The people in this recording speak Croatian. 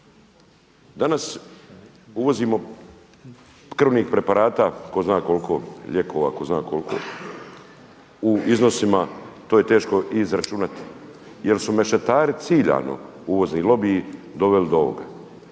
Danas uvozimo krvnih preparata, tko zna koliko lijekova, tko zna koliko, u iznosima to je teško i izračunati jer su mešetari ciljano, uvozni lobiji doveli do ovoga.